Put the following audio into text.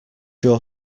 your